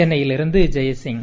சென்னையிலிருந்து ஜெய்சிங்